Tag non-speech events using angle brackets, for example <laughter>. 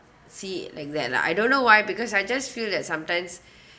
see like that lah I don't know why because I just feel that sometimes <breath>